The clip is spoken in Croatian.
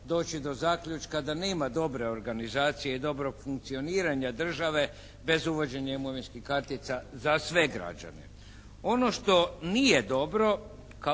doći do zaključka da nema dobre organizacije i dobrog funkcioniranja države bez uvođenja imovinskih kartica za sve građane. Ono što nije dobro